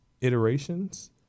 iterations